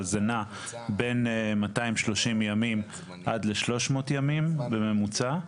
אבל זה נע בין 230 ימים עד ל 300 ימים בממוצע.